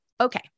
Okay